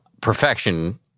perfection